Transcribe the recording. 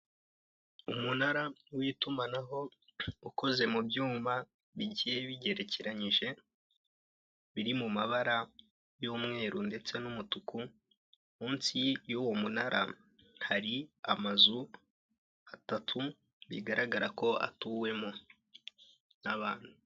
Umunara w'itumanaho ukoze mu byuma bigiye bigerekeranyije biri mu mabara y'umweru ndetse n'umutuku, munsi y'uwo munara hari amazu atatu bigaragara ko atuwemo n'abantu.